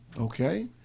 Okay